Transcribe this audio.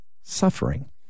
suffering